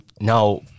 now